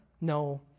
No